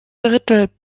drittel